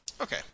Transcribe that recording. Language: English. Okay